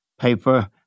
paper